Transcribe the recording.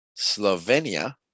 slovenia